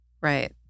right